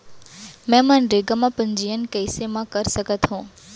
मैं मनरेगा म पंजीयन कैसे म कर सकत हो?